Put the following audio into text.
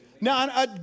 Now